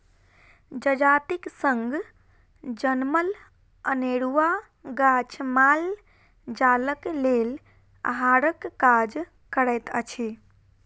जजातिक संग जनमल अनेरूआ गाछ माल जालक लेल आहारक काज करैत अछि